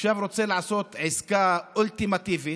עכשיו רוצה לעשות עסקה אולטימטיבית,